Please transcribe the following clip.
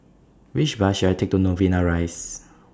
Which Bus should I Take to Novena Rise